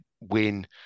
win